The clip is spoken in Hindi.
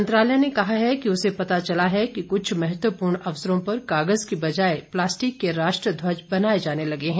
मंत्रालय ने कहा है कि उसे पता चला है कि कुछ महत्वपूर्ण अवसरो पर कागज की बजाय प्लास्टिक के राष्ट्र ध्वज बनाए जाने लगे हैं